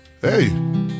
Hey